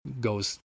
goes